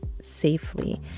safely